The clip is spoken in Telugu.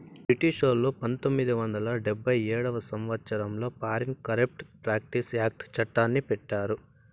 బ్రిటిషోల్లు పంతొమ్మిది వందల డెబ్భై ఏడవ సంవచ్చరంలో ఫారిన్ కరేప్ట్ ప్రాక్టీస్ యాక్ట్ చట్టాన్ని పెట్టారు